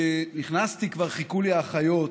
וכשנכנסתי כבר חיכו לי האחיות,